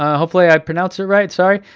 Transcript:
ah hopefully i pronounced it right, sorry.